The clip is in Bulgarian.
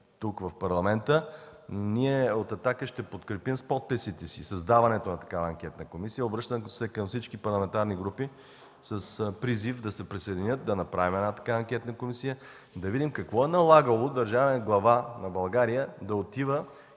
тук, в Парламента. Ние от „Атака” ще подкрепим с подписите си създаването на така анкетна комисия. Обръщам се към всички парламентарни групи с призив да се присъединят, да направим такава анкетна комисия и да видим какво е налагало държавният глава на България да отива